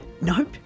nope